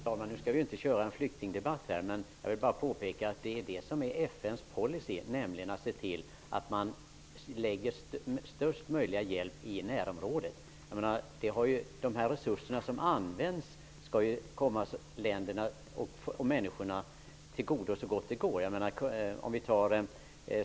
Fru talman! Nu skall vi inte föra en flyktingdebatt, men jag vill påpeka att FN:s policy är att se till att lägga största möjliga hjälp i närområdet. De resurser som används skall ju komma länderna och människorna till godo så gott det går.